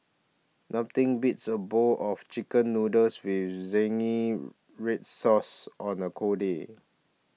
nothing beats a bowl of Chicken Noodles with Zingy Red Sauce on a cold day